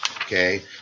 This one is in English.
Okay